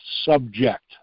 subject